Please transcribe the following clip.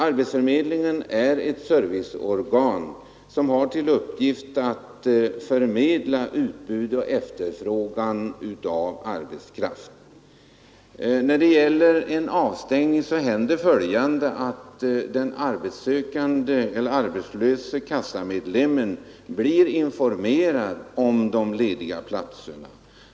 Arbetsförmedlingen är ett serviceorgan som har till uppgift att förmedla utbud och efterfrågan på arbetskraft. Vid en avstängning händer följande: den arbetslöse kassamedlemmen blir informerad om lediga platser.